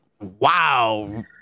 Wow